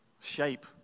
shape